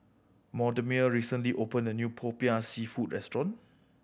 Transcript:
Mortimer recently opened a new Popiah Seafood restaurant